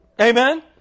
Amen